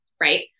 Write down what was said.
right